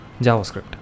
JavaScript